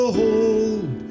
hold